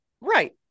Right